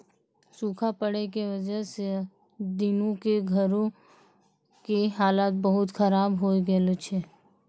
सूखा पड़ै के वजह स दीनू के घरो के हालत बहुत खराब होय गेलो छै